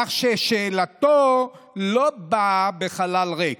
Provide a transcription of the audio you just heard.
כך ששאלתו לא באה בחלל ריק,